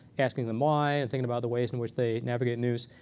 asking them why and thinking about the ways in which they navigate news.